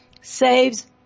saves